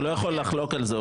הוא לא יכול לחלוק על זה,